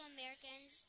Americans